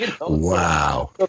Wow